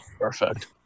Perfect